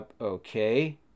Okay